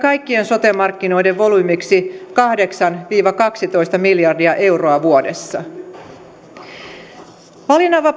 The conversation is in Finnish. ja kaikkien sote markkinoiden volyymiksi kahdeksan viiva kaksitoista miljardia euroa vuodessa valinnanvapauden edistäminen sosiaali ja terveyspalveluissa on